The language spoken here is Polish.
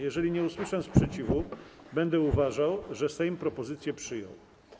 Jeżeli nie usłyszę sprzeciwu, będę uważał, że Sejm propozycję przyjął.